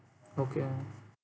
okay